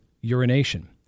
urination